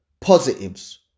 positives